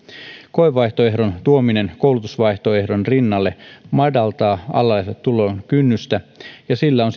koevaihtoehdon tuominen koulutusvaihtoehdon rinnalle madaltaa alalle tulon kynnystä ja sillä on